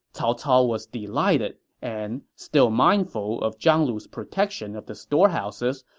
cao cao was delighted, and, still mindful of zhang lu's protection of the storehouses,